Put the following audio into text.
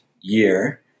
year